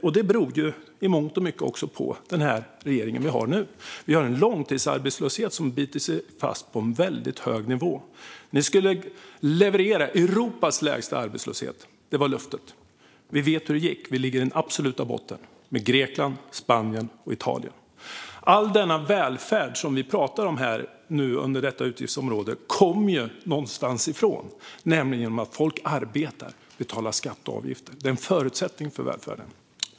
Och det beror i mångt och mycket på den regering vi har nu. Vi har en långtidsarbetslöshet som biter sig fast på en väldigt hög nivå. Ni skulle leverera Europas lägsta arbetslöshet. Det var löftet. Vi vet hur det gick. Vi ligger i den absoluta botten tillsammans med Grekland, Spanien och Italien. All denna välfärd som vi pratar om inom detta utgiftsområde kommer någonstans ifrån, nämligen från att folk arbetar och betalar skatt och avgifter. Det är en förutsättning för välfärden.